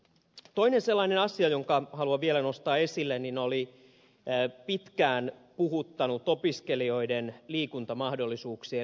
toinen sellainen asia jonka haluan vielä nostaa esille on pitkään puhuttanut opiskelijoiden liikuntamahdollisuuksien lisääminen